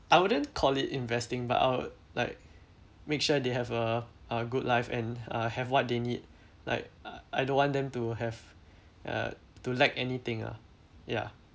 I wouldn't call it investing but I would like make sure they have a a good life and uh have what they need like I don't want them to have uh to lack anything ah ya